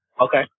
Okay